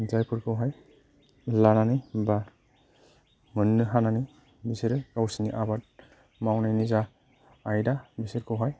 जायफोरखौहाय लानानै बा मोननो हानानै बिसोरो गावसोरनि आबाद मावनायनि जा आयदा बिसोरखौहाय